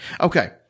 Okay